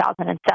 2007